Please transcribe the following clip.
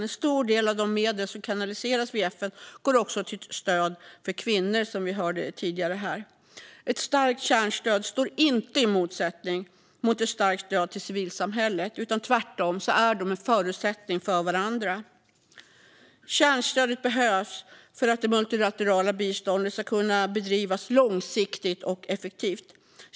En stor del av de medel som kanaliseras via FN går också till stöd för kvinnor, något som vi hörde tidigare här. Ett starkt kärnstöd står inte i motsättning till ett starkt stöd till civilsamhället, utan tvärtom är dessa stöd en förutsättning för varandra. Kärnstödet behövs för att det multilaterala biståndet ska kunna bedrivas långsiktigt och effektivt.